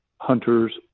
hunters